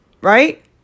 Right